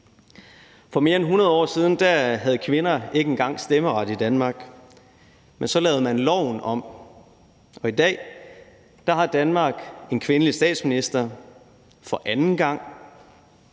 For mere end 100 år siden havde kvinder ikke engang stemmeret i Danmark, men så lavede man loven om, og i dag har Danmark en kvindelig statsminister for anden gang,